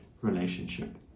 relationship